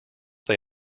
they